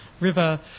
River